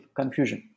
confusion